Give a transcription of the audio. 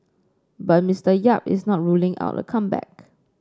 but Mister Yap is not ruling out a comeback